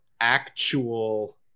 actual